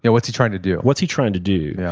and what's he trying to do? what's he trying to do? yeah